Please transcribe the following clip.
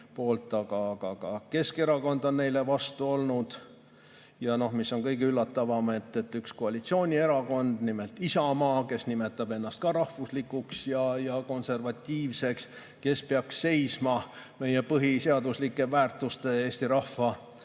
vaid ka Keskerakond on neile vastu olnud. Ja mis kõige üllatavam, üks koalitsioonierakond, nimelt Isamaa, kes nimetab ennast rahvuslikuks ja konservatiivseks, kes peaks seisma meie põhiseaduslike väärtuste ja rahva